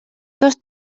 dos